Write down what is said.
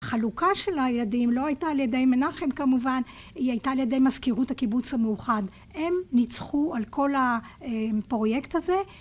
החלוקה של הילדים לא הייתה על ידי מנחם כמובן, היא הייתה על ידי מזכירות הקיבוץ המאוחד, הם ניצחו על כל הפרויקט הזה